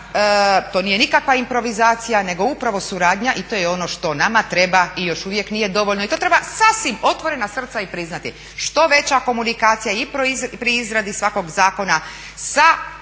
to nije nikakva improvizacija nego upravo suradnja i to je ono što nama treba i još uvijek nije dovoljno, i to treba sasvim otvorena srca i priznati. Što veća komunikacija i pri izradi svakog zakona sa